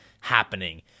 happening